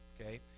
okay